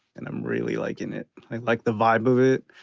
and i'm really liking it. i like the vibe of it.